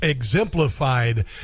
Exemplified